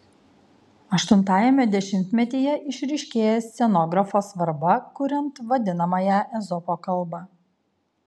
aštuntajame dešimtmetyje išryškėja scenografo svarba kuriant vadinamąją ezopo kalbą